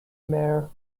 mare